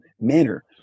manner